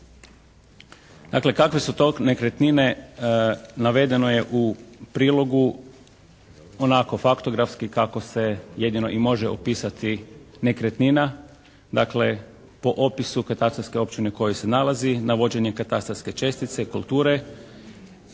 Dakle, kakve su to nekretnine, navedeno je u prilogu onako faktografski kako se jedino i može opisati nekretnina. Dakle, po opisu katastarske općine u kojoj se nalazi, navođenje katastarske čestice, kulture